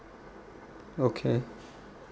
okay